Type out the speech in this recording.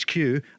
HQ